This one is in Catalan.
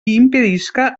impedisca